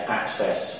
access